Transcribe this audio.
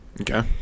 okay